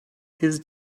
his